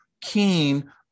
keen